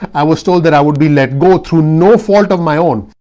i was told that i would be let go through no fault of my own.